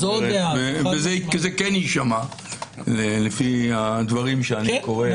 זה כן יישמע לפי הדברים שאני קורא.